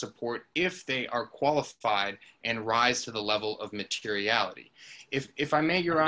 support if they are qualified and rise to the level of materiality if i may your